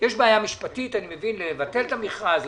יש בעיה משפטית לבטל את המכרז.